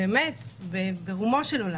באמת ברומו של עולם.